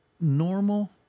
normal